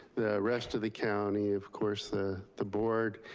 the rest of the county, of course ah the board,